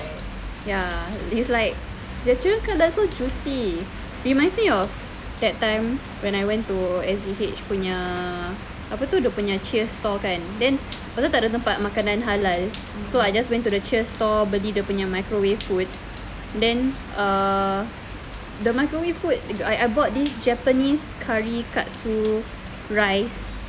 ya it's like just the chicken cutlet so juicy reminds me of that time when I went to S_G_H punya apa tu dia punya Cheers store kan then lepas tu tak ada tempat makanan halal so I just went to the Cheers store beli dia punya microwave food then err the microwave food I I bought this japanese curry katsu rice